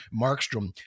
Markstrom